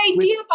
idea